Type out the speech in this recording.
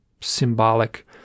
symbolic